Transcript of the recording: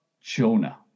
Jonah